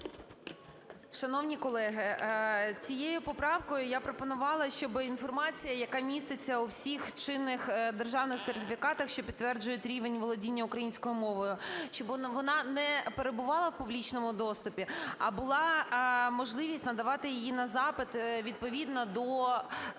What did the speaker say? Шановні колеги, цією поправкою я пропонувала, щоб інформація, яка міститься у всіх чинних державних сертифікатах, що підтверджують рівень володіння українською мовою, щоб вона не перебувала в публічному доступі, а була можливість надавати її на запит відповідно до чинного